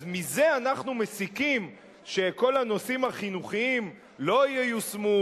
אז מזה אנחנו מסיקים שכל הנושאים החינוכיים לא ייושמו,